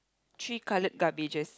three colored garbages